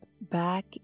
back